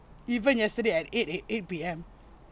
even yesterday at eight eight eight P_M